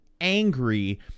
angry